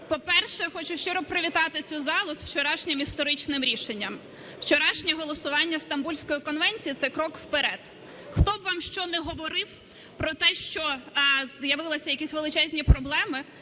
по-перше, хочу щиро привітати цю залу з учорашнім історичним рішенням. Вчорашнє голосування Стамбульської конвенції – це крок вперед. Хто б вам що не говорив про те, що з'явилися якісь величезні проблеми,